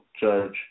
judge